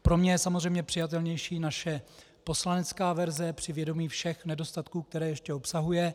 Pro mě je samozřejmě přijatelnější naše poslanecká verze při vědomí všech nedostatků, které ještě obsahuje.